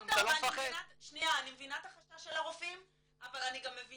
אני מבינה את החשש של הרופאים אבל אני גם מבינה